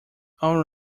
all